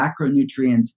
macronutrients